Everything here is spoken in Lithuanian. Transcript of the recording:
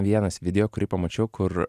vienas video kurį pamačiau kur